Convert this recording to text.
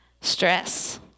stress